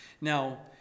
Now